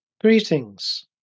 Greetings